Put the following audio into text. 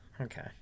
okay